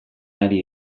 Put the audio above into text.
ari